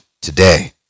today